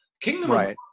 kingdom